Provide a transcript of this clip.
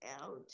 out